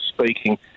speaking